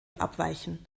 abweichen